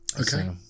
Okay